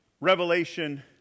Revelation